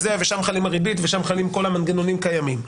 שם חלה הריבית ושם חלים כל המנגנונים הקיימים.